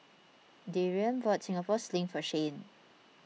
Darrian bought Singapore Sling for Shane